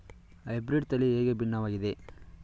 Hybrid ತಳಿ ಹೇಗೆ ಭಿನ್ನವಾಗಿದೆ?